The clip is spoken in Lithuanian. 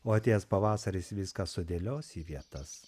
o atėjęs pavasaris viską sudėlios į vietas